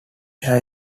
there